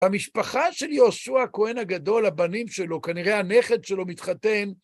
במשפחה של יהושע הכהן הגדול, הבנים שלו, כנראה הנכד שלו מתחתן,